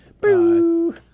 Boo